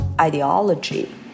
ideology